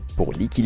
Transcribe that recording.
borderless